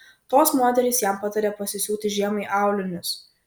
tos moterys jam patarė pasisiūti žiemai aulinius